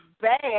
bad